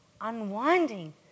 unwinding